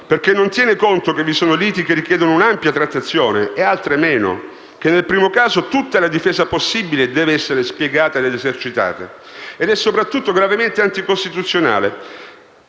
perché non tiene conto che vi sono liti che richiedono un'ampia trattazione e altre meno e che, nel primo caso, tutta la difesa possibile deve essere spiegata ed esercitata. Soprattutto, è gravemente anticostituzionale,